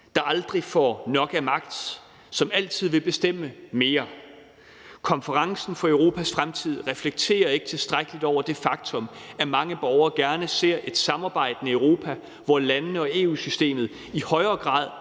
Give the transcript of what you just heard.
som aldrig får nok af magt, som altid vil bestemme mere. Konferencen om Europas fremtid reflekterer ikke tilstrækkeligt over det faktum, at mange borgere gerne ser et samarbejdende Europa, hvor landene og EU-systemet i højere grad